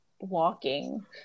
walking